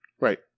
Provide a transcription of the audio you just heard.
Right